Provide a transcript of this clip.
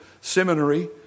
seminary